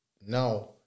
now